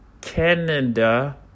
Canada